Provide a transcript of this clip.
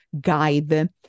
guide